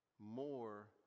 more